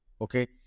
Okay